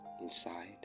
inside